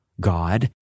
God